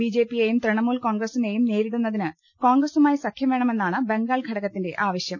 ബിജെപിയെയും തൃണമൂൽ കോൺഗ്രസിനെയും നേരിടുന്നതിന് കോൺഗ്രസു മായി സഖ്യം വേണമെന്നാണ് ബംഗാൾ ഘടകത്തിന്റെ ആവ ശ്യം